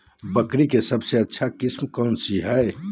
बकरी के सबसे अच्छा किस्म कौन सी है?